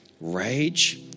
rage